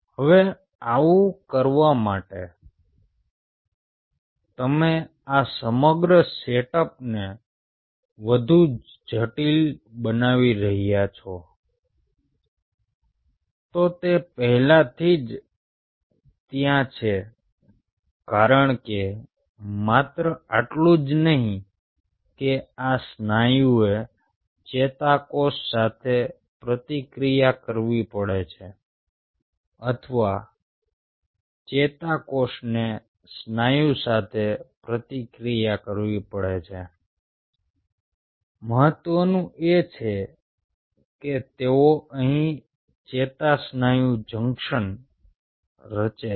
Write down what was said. હવે આવું કરવા માટે તમે આ સમગ્ર સેટઅપને વધુ જટિલ બનાવી રહ્યા છો તો તે પહેલાથી જ ત્યાં છે કારણ કે માત્ર એટલું જ નહીં કે આ સ્નાયુએ ચેતાકોષ સાથે પ્રતિક્રિયા કરવી પડે છે અથવા ચેતાકોષને સ્નાયુ સાથે પ્રતિક્રિયા કરવી પડે છે મહત્વનું એ છે કે તેઓ અહીં ચેતાસ્નાયુ જંકશન રચે છે